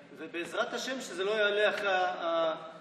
ובעזרת השם שזה לא יעלה אחרי התקציב,